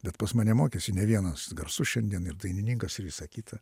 bet pas mane mokėsi ne vienas garsus šiandien ir dainininkas ir visa kita